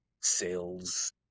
sales